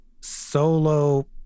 solo